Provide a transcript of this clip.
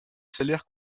salaire